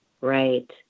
right